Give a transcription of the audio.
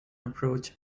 approach